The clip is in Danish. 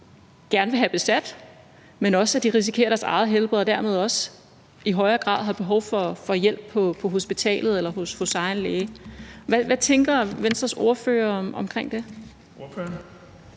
gerne vil have besat. Men de risikerer også deres eget helbred og får dermed også i højere grad behov for hjælp på hospitalet eller hos egen læge. Hvad tænker Venstres ordfører om det?